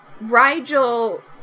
Rigel